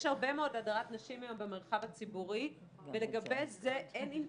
יש הרבה מאוד הדרת נשים היום במרחב הציבורי ולגבי זה אין אינטואיציה.